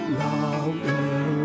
longer